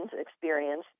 experience